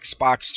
Xbox